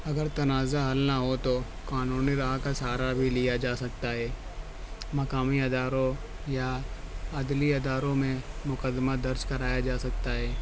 اگر تنازع حل نہ ہو تو قانونی راہ کا سہارا بھی لیا جا سکتا ہے مقامی اداروں یا عدلی اداروں میں مقدمہ درج کرایا جا سکتا ہے